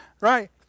right